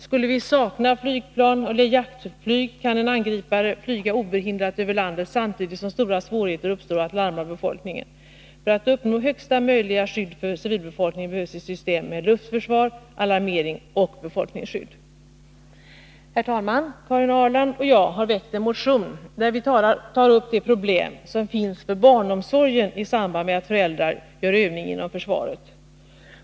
Skulle vi sakna jaktflyg kan en angripare flyga obehindrat över landet samtidigt som stora svårigheter uppstår att larma befolkningen. För att uppnå högsta möjliga skydd för civilbefolkningen behövs ett system med luftförsvar, alarmering och befolkningsskydd. Herr talman! Karin Ahrland och jag har väckt en motion där vi tar upp de problem som finns för barnomsorgen i samband med att föräldrar gör övning inom försvaret.